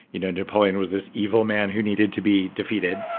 you know napoleon was this evil man who needed to be defeated,